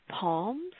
palms